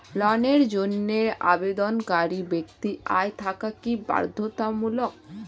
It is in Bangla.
ঋণের জন্য আবেদনকারী ব্যক্তি আয় থাকা কি বাধ্যতামূলক?